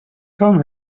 come